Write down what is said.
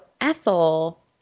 Ethel